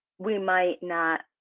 we might not,